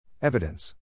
Evidence